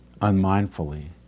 unmindfully